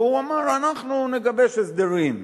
והוא אמר: אנחנו נגבש הסדרים.